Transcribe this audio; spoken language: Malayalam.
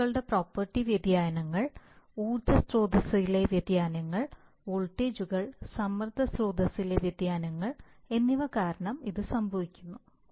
വസ്തുക്കളുടെ പ്രോപ്പർട്ടി വ്യതിയാനങ്ങൾ ഊർജ്ജ സ്രോതസുകളിലെ വ്യതിയാനങ്ങൾ വോൾട്ടേജുകൾ സമ്മർദ്ദ സ്രോതസുകളിലെ വ്യതിയാനങ്ങൾ എന്നിവ കാരണം ഇത് സംഭവിക്കുന്നു